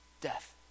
death